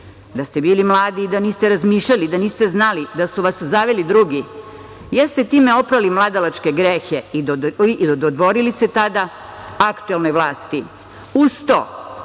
da ste bili mladi i da niste razmišljali, da niste znali, da su vas zaveli drugi? Da li ste time oprali mladalačke grehe i dodvorili se tada aktuelnoj vlasti? Uz to,